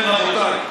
רבותיי,